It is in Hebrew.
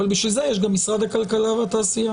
אבל לשם כך יש גם משרד הכלכלה והתעשייה.